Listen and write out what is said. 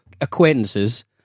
acquaintances